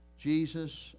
Jesus